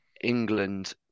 England